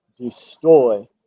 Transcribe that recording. destroy